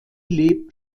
lebt